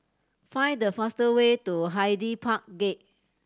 find the fastest way to Hyde Park Gate